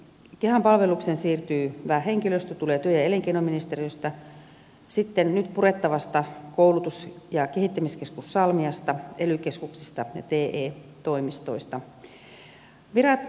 kehan palvelukseen siirtyvä henkilöstö tulee työ ja elinkeinoministeriöstä sitten nyt purettavasta koulutus ja kehittämiskeskus salmiasta ely keskuksista ja te toimistoista